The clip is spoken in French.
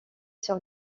sur